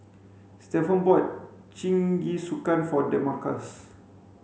Stevan bought Jingisukan for Demarcus